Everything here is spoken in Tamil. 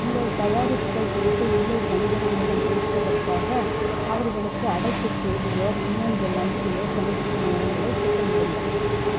உங்கள் தயாரிப்புகள் குறித்து உள்ளூர் வணிகர்களிடம் பேசுவதற்காக அவர்களுக்கு அழைப்புச் செய்தியோ மின்னஞ்சல் அனுப்பியோ சந்திப்பு நேரங்களைத் திட்டமிடுங்கள்